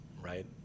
right